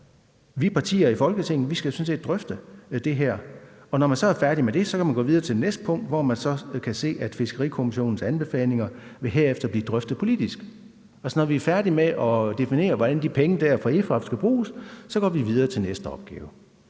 Vi partier i Folketinget skal jo sådan set drøfte det her, og når man så er færdig med det, kan man gå videre til det næste punkt, hvor man så kan se, at Fiskerikommissionens anbefalinger herefter vil blive drøftet politisk. Altså, når er vi færdige med at definere, hvordan pengene fra EHFAF skal bruges, går vi videre til næste opgave.